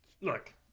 Look